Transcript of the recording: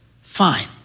Fine